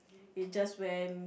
it just went